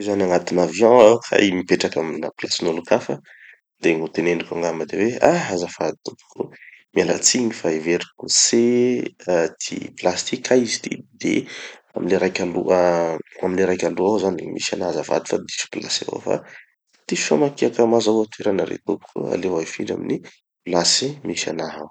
Zaho zany agnatina avion aho kay mipetraky amina place-n'olon-kafa. De gny ho teneniko angamba de hoe: ah azafady tompoko! Mialatsiny fa heveriko C ty place ty kay izy ty D. Amy le raiky aloha, amy le raiky aloha ao zany gny misy anaha azafady fa diso place avao aho fa diso famakia ka mazahoa toerana re tompoko oh! Aleo aho hifindra amy place misy anaha ao.